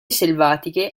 selvatiche